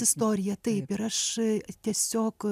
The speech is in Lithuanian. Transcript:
istorija taip ir aš tiesiog